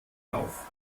auf